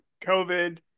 COVID